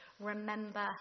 Remember